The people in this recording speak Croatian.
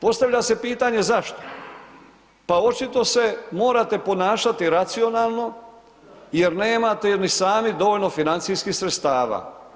Postavlja se pitanje zašto, pa očito se morate ponašati racionalno jer nemate ni sami dovoljno financijskih sredstava.